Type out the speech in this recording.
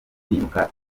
bimika